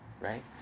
right